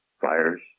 fires